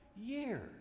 years